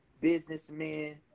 businessmen